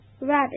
rabbit